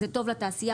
זה טוב לתעשייה,